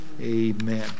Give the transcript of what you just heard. Amen